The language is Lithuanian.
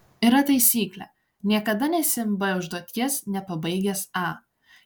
yra taisyklė niekada nesiimk b užduoties nepabaigęs a